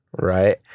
Right